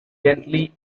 gently